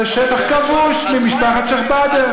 זה שטח כבוש ממשפחת שיח' באדר,